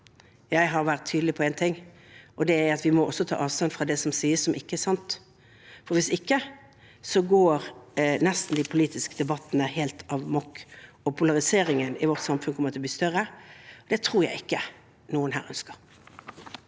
Jeg har vært tydelig på én ting, og det er at vi må ta avstand fra det som sies som ikke er sant, for hvis ikke går de politiske debattene nesten helt amok og polariseringen i vårt samfunn kommer til å bli større. Det tror jeg ikke noen her ønsker.